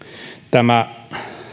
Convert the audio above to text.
tämä